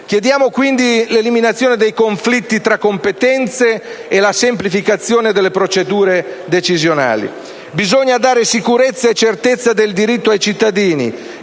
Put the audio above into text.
Chiediamo, quindi, l'eliminazione dei conflitti tra competenze e la semplificazione delle procedure decisionali. Bisogna dare sicurezza e certezza del diritto ai cittadini